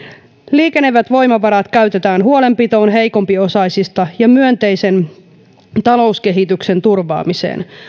liikenevät voimavarat käytetään huolenpitoon heikompiosaisista ja myönteisen talouskehityksen turvaamiseen